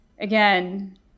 Again